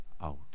out